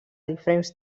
diferents